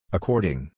According